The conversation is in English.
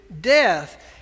death